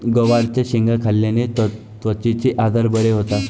गवारच्या शेंगा खाल्ल्याने त्वचेचे आजार बरे होतात